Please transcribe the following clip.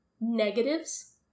negatives